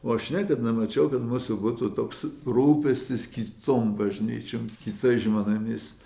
o aš niekad nemačiau kad mūsų būtų toks rūpestis kitom bažnyčiom kitais žmonėmis